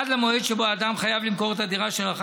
עד למועד שבו האדם חייב למכור את הדירה שרכש